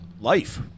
life